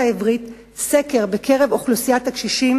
העברית סקר בקרב אוכלוסיית הקשישים,